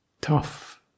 tough